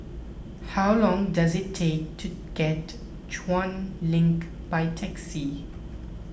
how long does it take to get to Chuan Link by taxi